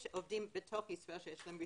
יש עובדים שיש להם רישיונות,